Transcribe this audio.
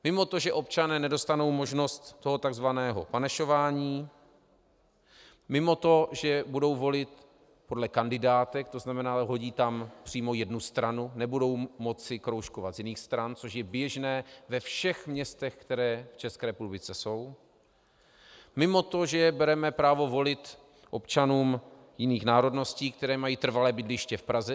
Mimo to, že občané nedostanou možnost toho tzv. panašování, mimo to, že budou volit podle kandidátek, to znamená, vhodí tam přímo jednu stranu, nebudou moci kroužkovat z jiných stran, což je běžné ve všech městech, která jsou v České republice, mimo to, že bereme právo volit občanům jiných národností, kteří mají trvalé bydliště v Praze.